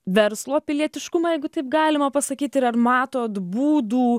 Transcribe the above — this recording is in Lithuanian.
verslo pilietiškumą jeigu taip galima pasakyt ir ar matot būdų